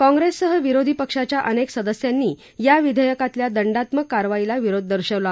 काँप्रेससह विरोधी पक्षाच्या अनेक सदस्यांनी या विधेयकातल्या दंडात्मक कारवाईला विरोध दर्शवला